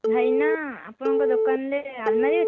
ଭାଇନା ଆପଣଙ୍କ ଦୋକାନରେ ଆଲମାରି ଅଛି